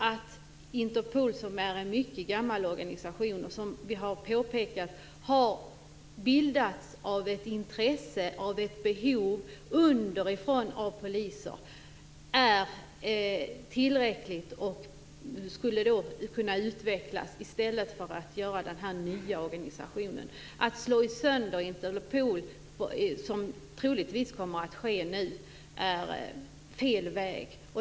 Interpol är en mycket gammal organisation. Den har, vilket vi har påpekat, bildats av poliser utifrån ett intresse och behov som kommit underifrån. Det är tillräckligt, och det skulle kunna utvecklas i stället för att göra denna nya organisation. Att slå sönder Interpol, vilket troligtvis nu kommer att ske, är fel väg.